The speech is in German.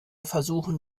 versuchen